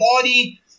body